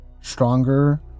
stronger